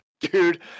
Dude